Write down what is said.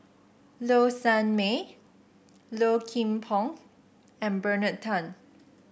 Low Sanmay Low Kim Pong and Bernard Tan